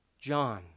John